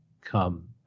come